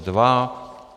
2.